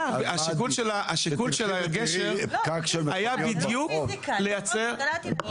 צריכים להבין שהשיקול של הגשר היה בדיוק לייצר.